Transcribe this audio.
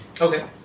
Okay